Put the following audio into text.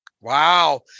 Wow